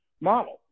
model